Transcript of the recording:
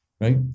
right